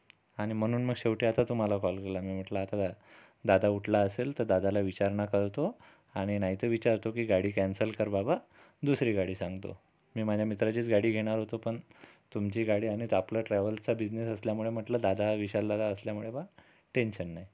आणि म्हणून मग शेवटी आता तुम्हाला कॉल केला मी म्हटलं आता दादा दादा उठला असेल तर दादाला विचारणा करतो आणि नाहीतर विचारतो की गाडी कॅन्सल कर बाबा दुसरी गाडी सांगतो मी माझ्या मित्राचीच गाडी घेणार होतो पण तुमची गाडी आहे नाही तर आपलं ट्रॅवलचा बिझनेस असल्यामुळं म्हटलं दादा विशालदादा असल्यामुळे बा टेंशन नाही